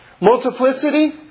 multiplicity